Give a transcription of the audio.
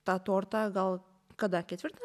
tą tortą gal kada ketvirtą